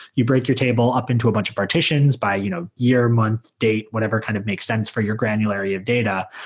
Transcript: you break your table up into a bunch of partitions by you know year, month, day, whatever kind of makes sense for your granularity of data.